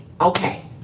okay